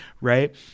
right